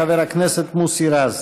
חבר הכנסת מוסי רז.